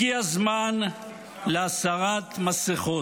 הגיע הזמן להסרת מסכות.